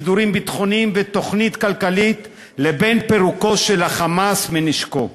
סידורים ביטחוניים ותוכנית כלכלית לבין פירוקו של ה"חמאס" מנשקו.